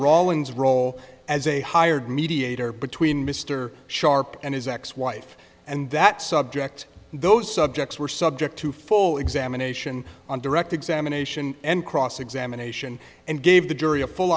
rawlings role as a hired mediator between mr sharp and his ex wife and that subject those subjects were subject to full examination on direct examination and cross examination and gave the jury a full